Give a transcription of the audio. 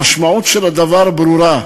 המשמעות של הדבר ברורה: